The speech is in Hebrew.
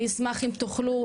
אני אשמח אם תוכלו,